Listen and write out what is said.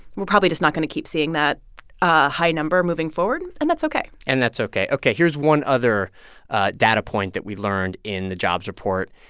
we're probably just not going to keep seeing that ah high number moving forward, and that's ok and that's ok. ok. here's one other data point that we learned in the jobs report.